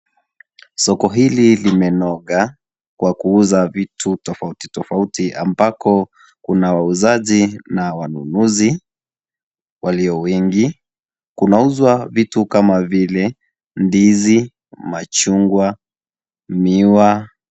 Soko hili limenoga, kwa kuuza vitu tofauti tofauti ambako kuna wauzaji na wanunuzi walio wengi. Kunauzwa vitu kama vile ndizi, machungwa, miwa.